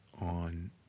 on